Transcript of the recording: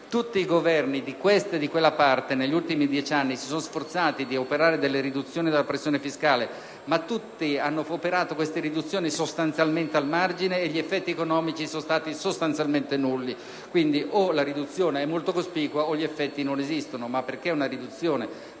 Tutti i Governi - di questa e di quella parte - negli ultimi dieci anni si sono sforzati di operare delle riduzioni della pressione fiscale, ma tutti lo hanno fatto sostanzialmente al margine, e gli effetti economici sono stati sostanzialmente nulli. Pertanto, o la riduzione è molto cospicua o gli effetti non esistono. Tuttavia, perché una riduzione